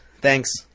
Thanks